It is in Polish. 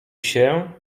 się